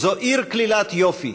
זו עיר כלילת יופי,